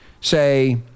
say